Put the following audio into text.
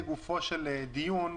לגופו של דיון,